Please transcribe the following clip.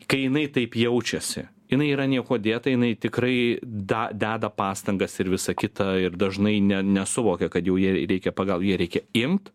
kai jinai taip jaučiasi jinai yra niekuo dėta jinai tikrai da deda pastangas ir visa kita ir dažnai ne nesuvokia kad jau jai reikia pagal ją reikia imt